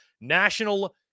national